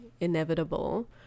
inevitable